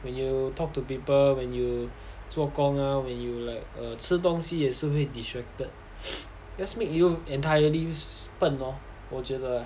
when you talk to people when you 做工啊 when you like err 吃东西也是会 distracted just make you entirely 笨 lor 我觉得